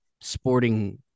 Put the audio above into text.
sporting